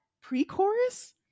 pre-chorus